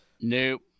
Nope